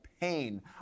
pain